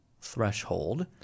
threshold